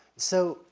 so,